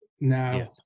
Now